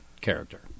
character